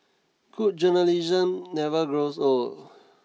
food journalism never grows old